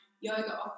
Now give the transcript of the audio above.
yoga